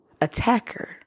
attacker